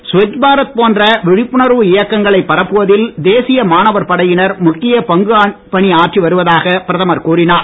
ஸ்வச் பாரத் போன்ற விழிப்புணர்வு இயக்கங்களைப் பரப்புவதில் தேசிய மாணவர் படையினர் முக்கிய பங்கு பணி ஆற்றி வருவதாக பிரதமர் கூறினார்